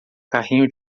carrinho